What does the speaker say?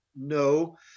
No